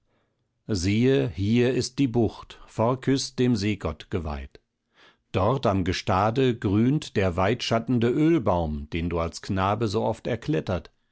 siehe hier ist die bucht phorkys dem seegott geweiht dort am gestade grünt der weitschattende ölbaum den du als knabe so oft erklettert